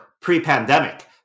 pre-pandemic